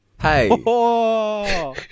Hey